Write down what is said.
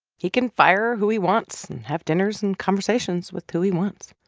he can fire who he wants and have dinners and conversations with who he wants.